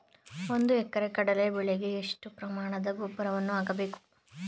ಒಂದು ಎಕರೆ ಕಡಲೆ ಬೆಳೆಗೆ ಎಷ್ಟು ಪ್ರಮಾಣದ ಗೊಬ್ಬರವನ್ನು ಹಾಕಬೇಕು?